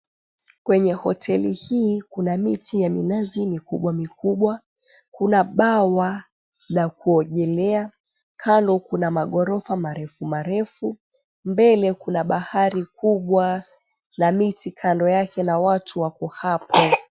Kwenye hoteli hii kuna miti ya minazi mikubwa mikubwa, kuna bwawa la kuongelea. Kando kuna maghorofa marefu marefu, mbele kuna bahari kubwa na miti kando yake na watu wako hapo.